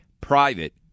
private